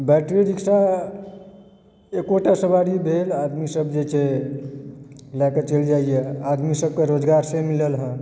battery rickshaw एकोटा सवारी भेल आदमी सब जे छै लए कऽ चलि जाइए आदमी सबकेँ रोजगारसँ मिलल हँ